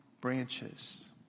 branches